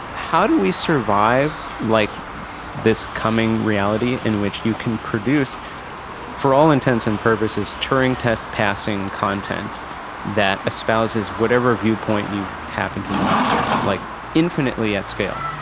how do we survive like this coming reality in which you can produce for all intents and purposes, turing test-passing content that espouses whatever viewpoint you happen to want like infinitely at scale?